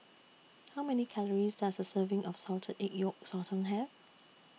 How Many Calories Does A Serving of Salted Egg Yolk Sotong Have